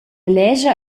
lescha